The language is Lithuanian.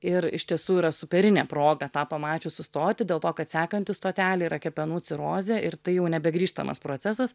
ir iš tiesų yra superinė proga tą pamačius sustoti dėl to kad sekanti stotelė yra kepenų cirozė ir tai jau nebegrįžtamas procesas